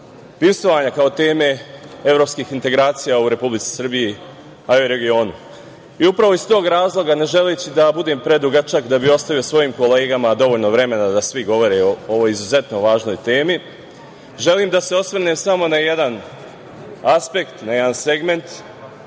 bivstvovanja kao teme evropskih integracija u Republici Srbiji, a i u regionu. Upravo iz tog razloga, ne želeći da budem predugačak, da bih ostavio svojim kolegama dovoljno vremena da svi govore o ovoj izuzetno važnoj temi, želim da se osvrnem samo na jedan aspekt, na jedan segment,